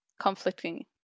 conflicting